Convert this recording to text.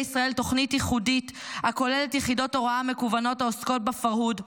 ישראל תוכנית ייחודית הכוללת יחידות הוראה מקוונות שעוסקות בפרהוד,